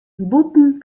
bûten